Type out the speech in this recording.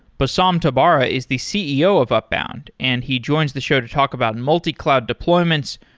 but so um tabbara is the ceo of upbound and he joins the show to talk about multi-cloud deployments,